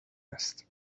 است